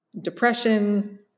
depression